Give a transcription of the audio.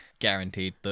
guaranteed